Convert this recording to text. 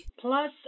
Plus